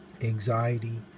anxiety